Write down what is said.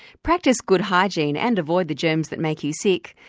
practice good hygiene and avoid the germs that make you sick,